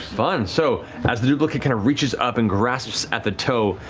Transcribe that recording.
fun. so as the duplicate kind of reaches up and grasps at the toe,